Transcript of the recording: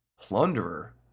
Plunderer